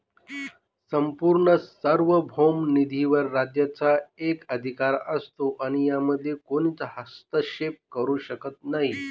संपूर्ण सार्वभौम निधीवर राज्याचा एकाधिकार असतो आणि यामध्ये कोणीच हस्तक्षेप करू शकत नाही